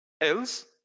Else